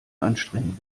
anstrengen